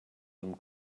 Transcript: them